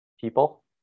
people